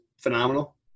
phenomenal